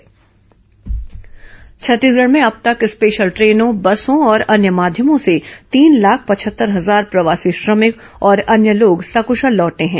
श्रमिक वापसी छत्तीसगढ़ में अब तक स्पेशल ट्रेनों बसों और अन्य माध्यमों से तीन लाख पचहत्तर हजार प्रवासी श्रमिक और अन्य लोग सकृशल लौटे हैं